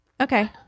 okay